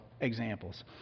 examples